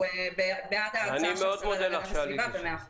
הוא בעד ההצעה של השרה להגנת הסביבה במאה אחוז.